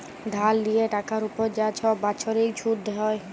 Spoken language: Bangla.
ধার লিয়ে টাকার উপর যা ছব বাচ্ছরিক ছুধ হ্যয়